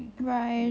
right